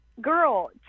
girl